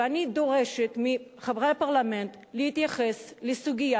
ואני דורשת מחברי הפרלמנט להתייחס לסוגיה